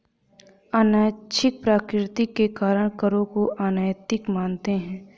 अनैच्छिक प्रकृति के कारण करों को अनैतिक मानते हैं